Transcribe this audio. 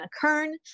Kern